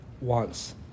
wants